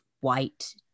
white